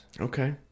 Okay